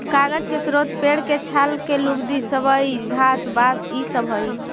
कागज के स्रोत पेड़ के छाल के लुगदी, सबई घास, बाँस इ सब हई